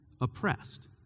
oppressed